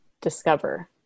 discover